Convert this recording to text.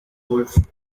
woolf